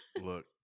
Look